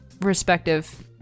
respective